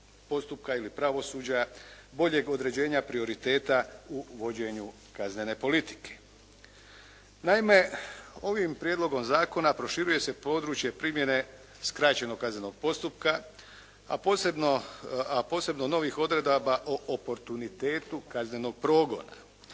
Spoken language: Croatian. postupka ili pravosuđa, boljeg određenja prioriteta u vođenju kaznene politike. Naime, ovim prijedlogom zakona proširuje se područje primjene skraćenog kaznenog postupka, a posebno novih odredaba o oportunitetu kaznenog progona.